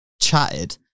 chatted